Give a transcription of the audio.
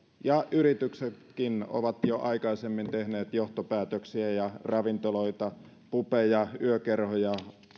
ja yrityksetkin ovat jo aikaisemmin tehneet johtopäätöksiä ja ravintoloita pubeja yökerhoja